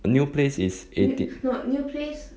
a new place is eightee~